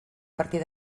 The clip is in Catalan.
partir